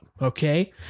okay